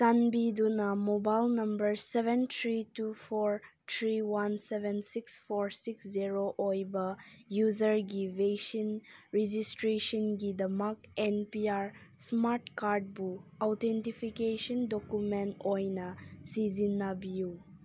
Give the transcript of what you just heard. ꯆꯥꯟꯕꯤꯗꯨꯅ mobile number seven three two four three one seven six four six zero ꯑꯣꯏꯕ ꯌꯨꯖꯔꯒꯤ vaccine ꯔꯦꯖꯤꯁꯇ꯭ꯔꯦꯁꯟꯒꯤꯗꯃꯛ N P R smart ꯀꯥꯔꯠꯕꯨ authentication document ꯑꯣꯏꯅ ꯁꯤꯖꯤꯟꯅꯕꯤꯌꯨ